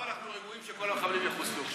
עכשיו אנחנו רגועים שכל המחבלים יחוסלו.